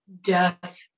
death